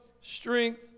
strength